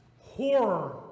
horror